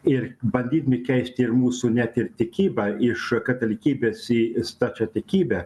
ir bandydami keisti ir mūsų net ir tikybą iš katalikybės į stačiatikybę